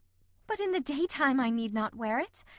but in the day-time i need not wear it,